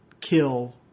kill